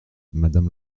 madame